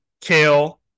Kale